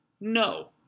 No